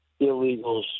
illegals